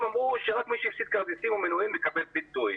הם אמרו שרק מי שהפסיד כרטיסים או מינויים יקבל פיצוי.